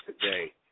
today